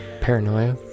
Paranoia